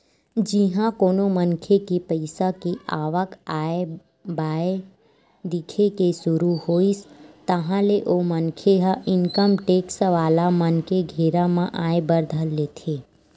जिहाँ कोनो मनखे के पइसा के आवक आय बाय दिखे के सुरु होइस ताहले ओ मनखे ह इनकम टेक्स वाला मन के घेरा म आय बर धर लेथे